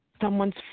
someone's